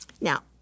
Now